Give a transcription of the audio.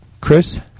Chris